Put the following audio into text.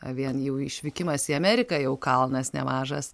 vien jau išvykimas į ameriką jau kalnas nemažas